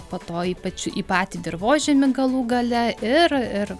po to ypač į patį dirvožemį galų gale ir ir